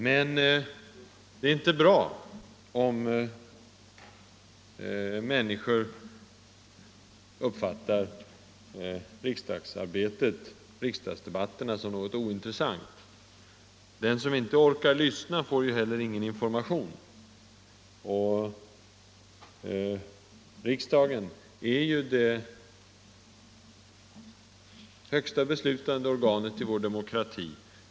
Men det är inte bra om människor uppfattar riksdagsarbetet och riksdagsdebatterna som något ointressant. Den som inte orkar lyssna får heller ingen information, och riksdagen är ju det högsta beslutande organet i vår demokrati.